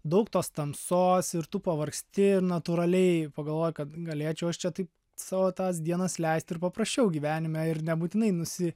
daug tos tamsos ir tu pavargsti natūraliai pagalvoji kad galėčiau aš čia taip savo tas dienas leist ir paprasčiau gyvenime ir nebūtinai nusi